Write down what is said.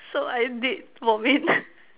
so I did vomit